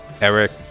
Eric